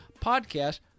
podcast